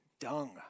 dung